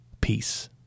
peace